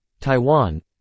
Taiwan